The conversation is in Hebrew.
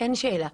אין שאלה.